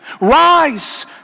rise